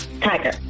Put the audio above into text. Tiger